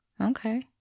Okay